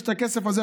יש את הכסף הזה,